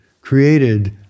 created